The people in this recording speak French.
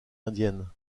indienne